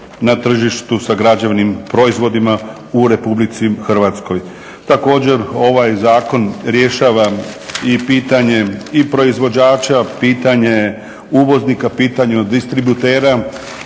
na tržištu sa građevnim proizvodima u Republici Hrvatskoj. Također ovaj zakon rješava i pitanje i proizvođača, pitanje uvoznika, pitanje distributera